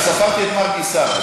ספרתי את מרגי שר.